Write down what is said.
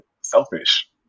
selfish